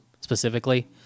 specifically